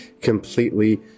completely